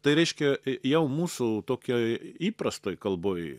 tai reiškia jau mūsų tokioj įprastoj kalboj